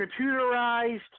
computerized